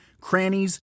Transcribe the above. crannies